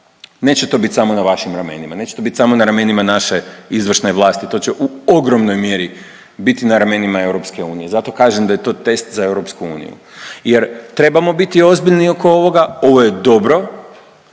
neće to biti samo na vašim ramenima, neće to biti samo na ramenima naše izvršne vlasti to će u ogromnoj mjeri biti na ramenima EU. Zato kažem da je to test za EU jer trebamo biti ozbiljni oko ovoga, ovo je dobro,